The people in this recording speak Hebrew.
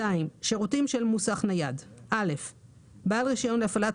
שירותים של מוסך נייד בעל רישיון להפעלת